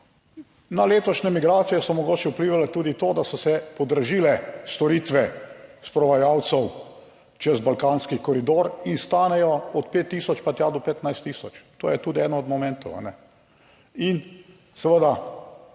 Na letošnje migracije so mogoče vplivali tudi to, da so se podražile storitve sprovajalcev čez Balkanski koridor in stanejo od 5000 pa tja do 15000. To je tudi eden od momentov. In seveda